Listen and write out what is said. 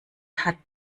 hat